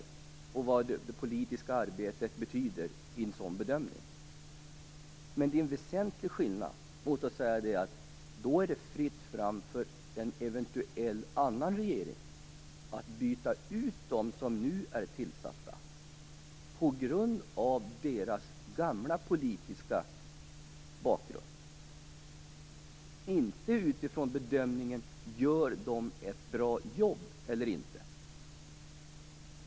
Det handlar alltså om vad det politiska arbetet betyder vid en sådan bedömning. Det är dock en väsentlig skillnad att säga att det är fritt fram för en eventuell annan regering att byta ut dem som nu är tillsatta på grund av deras tidigare politiska bakgrund, inte utifrån bedömningen av om de gör ett bra jobb eller inte.